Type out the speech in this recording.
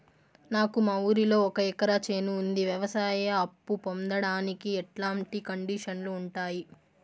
నాకు మా ఊరిలో ఒక ఎకరా చేను ఉంది, వ్యవసాయ అప్ఫు పొందడానికి ఎట్లాంటి కండిషన్లు ఉంటాయి?